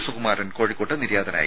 സുകുമാരൻ കോഴിക്കോട്ട് നിര്യാതനായി